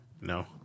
No